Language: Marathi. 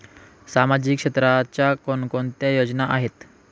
सामाजिक क्षेत्राच्या कोणकोणत्या योजना आहेत?